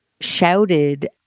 shouted